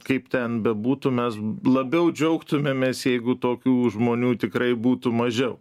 kaip ten bebūtų mes labiau džiaugtumėmės jeigu tokių žmonių tikrai būtų mažiau